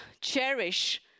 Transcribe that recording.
cherish